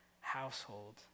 household